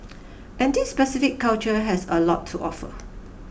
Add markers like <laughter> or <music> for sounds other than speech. <noise> and this specific culture has a lot to offer